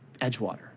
Edgewater